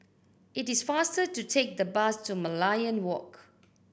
it is faster to take the bus to Merlion Walk